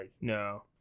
No